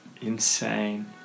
Insane